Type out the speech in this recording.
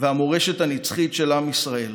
והמורשת הנצחית של עם ישראל,